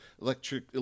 electric